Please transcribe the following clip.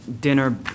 dinner